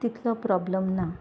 तितलो प्रोब्लम ना